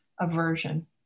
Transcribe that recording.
aversion